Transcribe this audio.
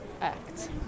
act